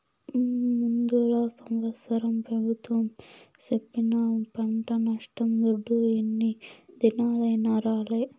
ముందల సంవత్సరం పెబుత్వం సెప్పిన పంట నష్టం దుడ్డు ఇన్ని దినాలైనా రాలే